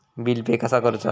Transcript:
Bill pay कसा करुचा?